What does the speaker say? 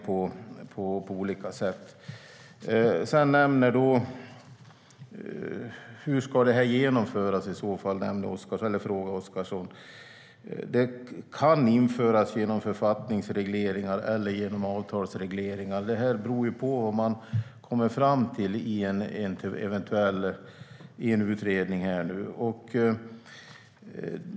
Hur ska detta i så fall genomföras, frågar Oscarsson. Det kan införas genom författningsregleringar eller avtalsregleringar. Det beror på vad man kommer fram till i en eventuell utredning.